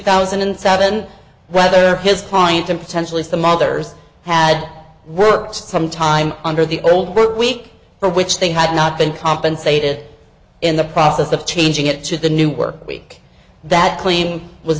thousand and seven whether his client and potentially some others had worked some time under the old work week for which they had not been compensated in the process of changing it to the new work week that claim was